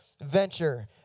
Venture